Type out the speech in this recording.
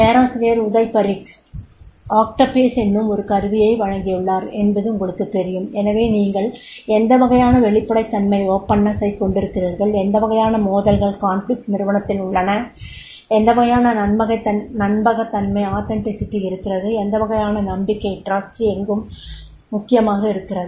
பேராசிரியர் உதய் பாரிக் OCTAPACE என்னும் ஒரு கருவியை வழங்கியுள்ளார் என்பது உங்களுக்குத் தெரியும் எனவே நீங்கள் எந்த வகையான வெளிப்படைத் தன்மை யைக் கொண்டிருக்கிறீர்கள் எந்த வகையான மோதல்கள் நிறுவனத்தில் உள்ளன எந்த வகையான நம்பகத்தன்மை இருக்கிறது எந்த வகையான நம்பிக்கை எங்கும் முக்கியமாக இருக்கிறது